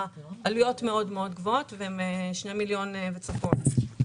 העלויות מאוד גבוהות והם 2 מיליון וצפונה.